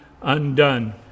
undone